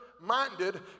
minded